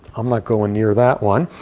i'm not going near that one.